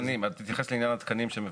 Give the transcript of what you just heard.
התקנים, תתייחס לעניין התקנים שמבקשים.